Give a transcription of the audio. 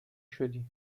شدی